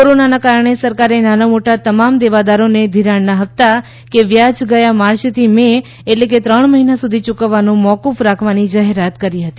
કોરોનાના કારણે સરકારે નાના મોટા તમામ દેવાદારોને ધિરાણના હપ્તા કે વ્યાજ ગયા માર્ચથી મે એટલે કે ત્રણ મહિના સુધી ચૂકવવાનું મોકુફ રાખવાની જાહેરાત કરી હતી